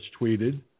tweeted